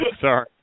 Sorry